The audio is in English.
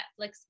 Netflix